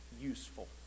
useful